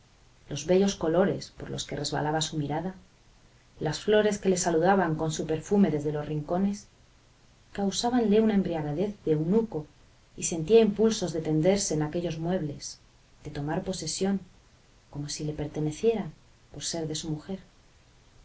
los bellos colores por los que resbalaba su mirada las flores que le saludaban con su perfume desde los rincones causábanle una embriaguez de eunuco y sentía impulsos de tenderse en aquellos muebles de tomar posesión como si le pertenecieran por ser de su mujer